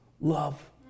love